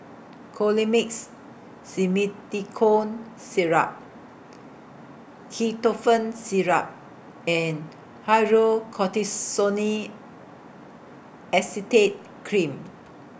Colimix Simethicone Syrup Ketotifen Syrup and Hydrocortisone Acetate Cream